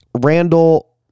Randall